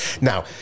now